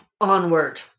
Onward